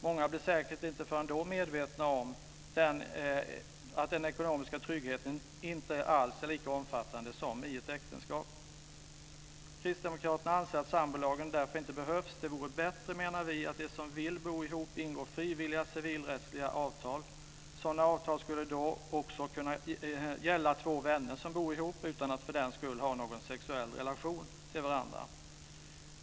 Många blir säkert inte förrän då medvetna om att den ekonomiska tryggheten inte alls är lika omfattande som i ett äktenskap. Kristdemokraterna anser att sambolagen därför inte behövs. Vi menar att det vore bättre att de som vill bo ihop ingår frivilliga civilrättsliga avtal. Sådana avtal skulle också kunna gälla två vänner som bor ihop utan att för den skull ha någon sexuell relation till varandra.